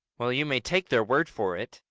well, you may take their word for it.